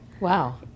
Wow